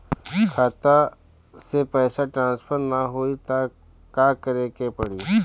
खाता से पैसा ट्रासर्फर न होई त का करे के पड़ी?